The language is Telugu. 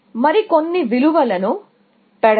మరికొన్ని విలువలను పెడదాం